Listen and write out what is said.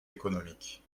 économique